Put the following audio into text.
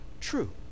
true